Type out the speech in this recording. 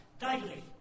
daily